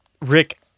Rick